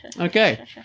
Okay